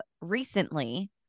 recently